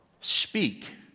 speak